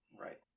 Right